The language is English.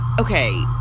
okay